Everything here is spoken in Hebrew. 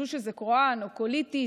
חשבו שזה קרוהן או קוליטיס.